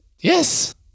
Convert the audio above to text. Yes